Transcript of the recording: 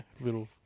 Little